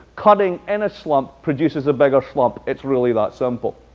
cutting in a slump produces a bigger slump. it's really that simple.